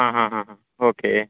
okay